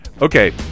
Okay